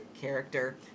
character